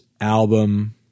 album